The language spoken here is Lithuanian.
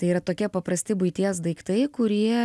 tai yra tokie paprasti buities daiktai kurie